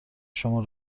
شما